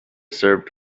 served